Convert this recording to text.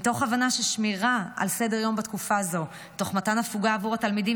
מתוך הבנה ששמירה על סדר-יום בתקופה זו תוך מתן הפוגה עבור התלמידים